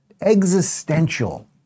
existential